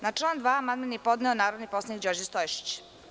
Na član 2. amandman je podneo narodni poslanik Đorđe Stojšić.